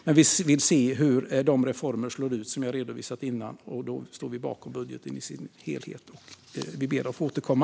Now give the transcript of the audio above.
Men vi vill se hur de reformer slår som jag redovisat innan, och då vi står bakom budgeten i sin helhet ber vi att få återkomma.